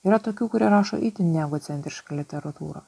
yra tokių kurie rašo itin neegocentrišką literatūrą